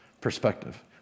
perspective